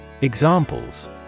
Examples